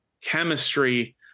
chemistry